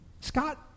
Scott